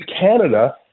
Canada